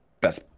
best